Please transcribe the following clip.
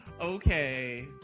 Okay